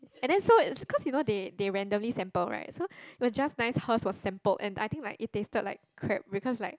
and then so it cause you know they they randomly sample right so it was just nice hers was sampled and I think like it tasted like crap because like